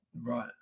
right